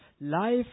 Life